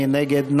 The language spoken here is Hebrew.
מי נגד?